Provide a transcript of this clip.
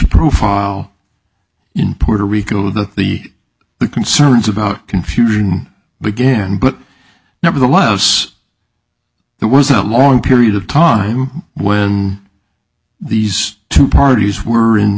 profile in puerto rico that the the concerns about confusion began but nevertheless there was a long period of time when these two parties were in